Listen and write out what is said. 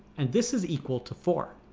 and this is equal to four.